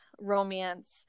romance